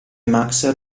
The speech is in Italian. max